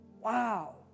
Wow